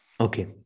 Okay